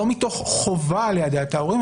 לא מתוך חובה ליידע את ההורים,